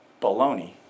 baloney